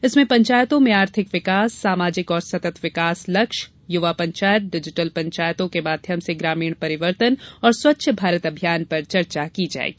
इसमें पंचायतों में आर्थिक विकास सामाजिक और सतत विकास लक्ष्य युवा पंचायत डिजिटल पंचायतों के माध्यम से ग्रामीण परिवर्तन और स्वच्छ भारत अभियान पर चर्चा की जायेगी